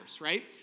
right